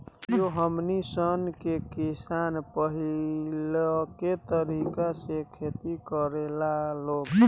अभियो हमनी सन के किसान पाहिलके तरीका से खेती करेला लोग